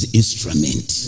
instrument